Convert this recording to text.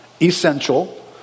Essential